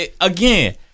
Again